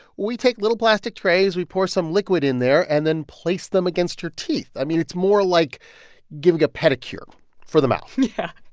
we take little plastic trays. we pour some liquid in there and then place them against your teeth. i mean, it's more like giving a pedicure for the mouth yeah,